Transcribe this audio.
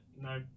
No